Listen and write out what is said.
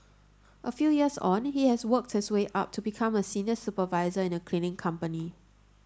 a few years on he has worked his way up to become a senior supervisor in a cleaning company